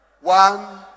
One